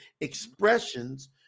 expressions